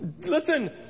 Listen